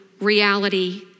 reality